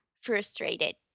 frustrated